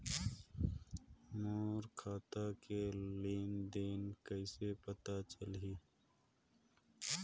मोर खाता के लेन देन कइसे पता चलही?